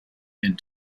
end